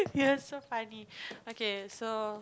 ya so funny okay so